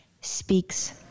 speaks